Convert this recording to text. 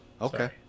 Okay